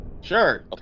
Sure